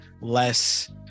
less